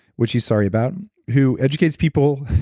which he's sorry about, who educates people.